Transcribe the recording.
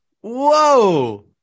Whoa